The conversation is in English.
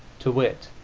to wit,